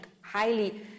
highly